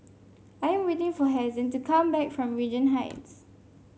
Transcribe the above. I am waiting for Hazen to come back from Regent Heights